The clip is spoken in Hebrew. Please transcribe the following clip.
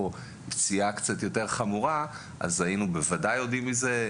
בוודאי היינו יודעים מזה.